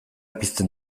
pizten